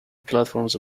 platforms